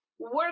work